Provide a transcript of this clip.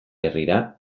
herrira